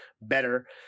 better